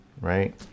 right